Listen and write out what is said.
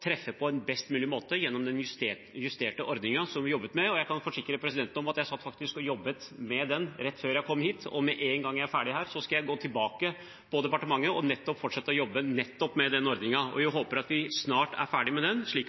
treffe på en best mulig måte gjennom den justerte ordningen som vi jobber med. Jeg kan forsikre presidenten om at jeg faktisk satt og jobbet med den rett før jeg kom hit, og med en gang jeg er ferdig her, skal jeg gå tilbake i departementet og fortsette å jobbe med nettopp den ordningen. Jeg håper at vi snart er ferdig med den, slik